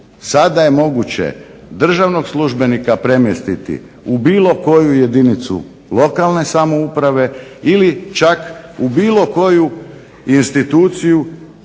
sada je moguće državnog službenika premjestiti u bilo koju jedinicu lokalne samouprave ili čak u bilo koju instituciju